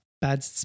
bad